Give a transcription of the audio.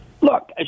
Look